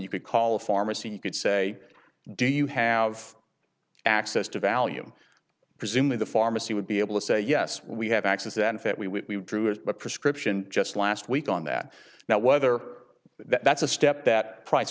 you could call a pharmacy you could say do you have access to value presumably the pharmacy would be able to say yes we have access that in fact we drew as a prescription just last week on that now whether that's a step that price